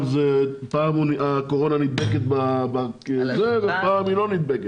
פעם הקורונה עוברת בזה ופעם לא עוברת.